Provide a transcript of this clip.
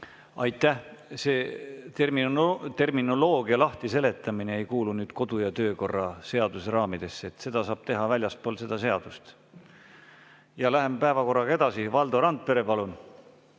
Aitäh! Terminoloogia lahtiseletamine ei kuulu kodu‑ ja töökorra seaduse raamidesse, seda saab teha väljaspool seda seadust. Läheme päevakorraga edasi. Valdo Randpere, palun!